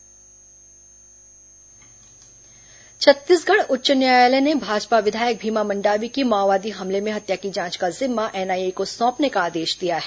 मंडावी हत्या एनआईए छत्तीसगढ़ उच्च न्यायालय ने भाजपा विधायक भीमा मंडावी की माओवादी हमले में हत्या की जांच का जिम्मा एनआईए को सौंपने का आदेश दिया है